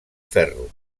ferro